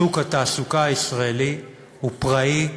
שוק התעסוקה הישראלי הוא פראי,